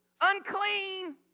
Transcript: unclean